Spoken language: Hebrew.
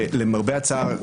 למרבה הצער,